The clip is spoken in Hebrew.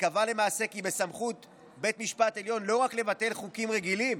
וקבע למעשה כי בסמכות בית משפט עליון לא רק לבטל חוקים רגילים,